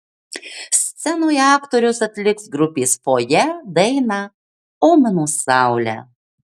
scenoje aktorius atliks grupės fojė dainą o mano saule